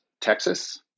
Texas